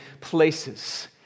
places